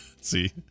See